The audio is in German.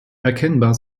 erkennbar